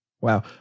Wow